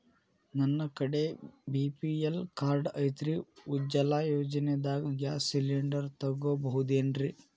ನನ್ನ ಕಡೆ BPL card ಐತ್ರಿ, ಉಜ್ವಲಾ ಯೋಜನೆದಾಗ ಗ್ಯಾಸ್ ಸಿಲಿಂಡರ್ ತೊಗೋಬಹುದೇನ್ರಿ?